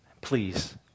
please